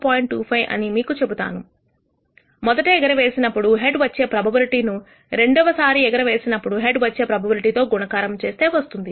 25 అని అని మీకు చెబుతాను మొదట ఎగరవేసినప్పుడు హెడ్ వచ్చే ప్రోబబిలిటీ ను రెండవ సారి ఎగర వేసినప్పుడు హెడ్ వచ్చే ప్రోబబిలిటీ తో గుణకారము చేస్తే వస్తుంది